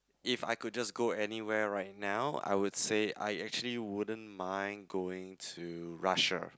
if I could just go anyway right now I would say I actually wouldn't mind going to Russia